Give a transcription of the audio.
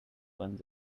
ones